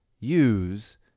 use